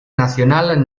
nacional